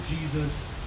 Jesus